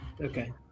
Okay